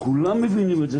כולם מבינים את זה.